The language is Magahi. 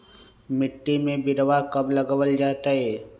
मिट्टी में बिरवा कब लगवल जयतई?